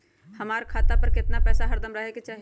हमरा खाता पर केतना पैसा हरदम रहे के चाहि?